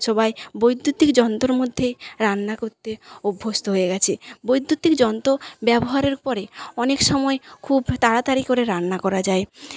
সবাই বৈদ্যুতিক যন্ত্রর মধ্যে রান্না করতে অভ্যস্ত হয়ে গেছে বৈদ্যুতিক যন্ত্র ব্যবহারের পরে অনেক সময় খুব তাড়াতাড়ি করে রান্না করা যায়